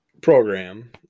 program